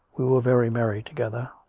we were very merry together.